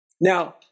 Now